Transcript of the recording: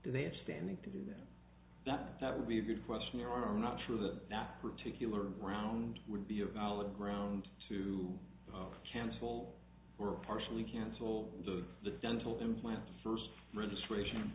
do they have standing to do that that that would be a good question or are not sure that that particular round would be a valid ground to cancel or partially cancel the dental implants first registration